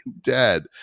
dead